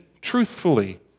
truthfully